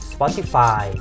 Spotify